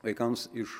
vaikams iš